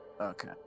okay